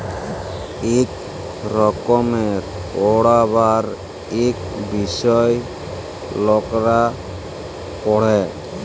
ইক রকমের পড়্হাবার ইক বিষয় লকরা পড়হে